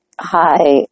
Hi